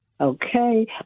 okay